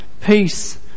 peace